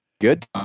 Good